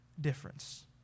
difference